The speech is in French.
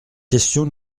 question